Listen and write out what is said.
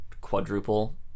quadruple